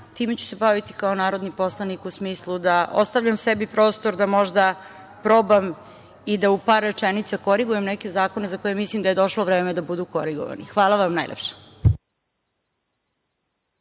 time ću se baviti kao narodni poslanik u smislu da ostavljam sebi prostor da možda probam i da u par rečenica korigujem neke zakone za koje mislim da je došlo vreme da budu korigovani. Hvala vam najlepše.